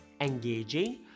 engaging